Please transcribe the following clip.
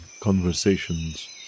conversations